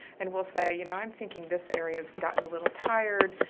and we'll say you know i'm thinking this area has gotten a little tired,